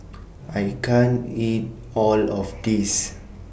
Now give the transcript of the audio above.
I can't eat All of This